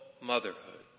motherhood